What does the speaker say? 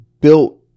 built